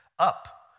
Up